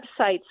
websites